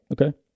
okay